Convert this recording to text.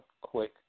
quick